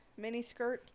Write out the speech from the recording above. miniskirt